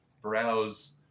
browse